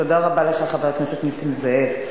תודה רבה לך, חבר הכנסת נסים זאב.